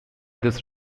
this